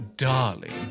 Darling